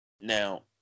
Now